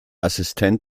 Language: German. assistent